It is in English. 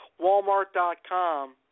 Walmart.com